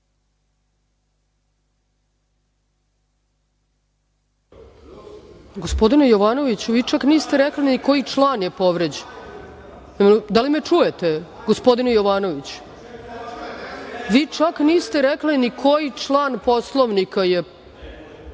Gospodine Jovanoviću, vi čak niste rekli ni koji član je povređen. Da li me čujete, gospodine Jovanoviću? Vi čak niste rekli ni koji član Poslovnika je